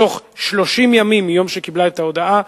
בתוך 30 ימים מיום שקיבלה את ההודעה,